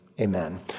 amen